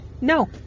no